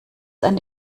eine